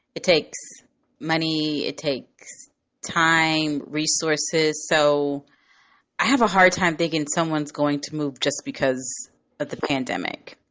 it takes money. it takes time, resources. so i have a hard time digging. someone's going to move just because of the pandemic,